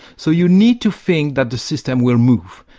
so you need to think that the system will move,